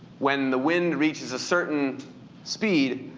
when the wind reaches a certain speed,